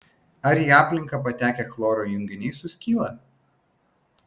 ar į aplinką patekę chloro junginiai suskyla